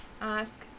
ask